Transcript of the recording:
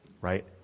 right